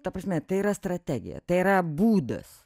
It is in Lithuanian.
ta prasme tai yra strategija tai yra būdas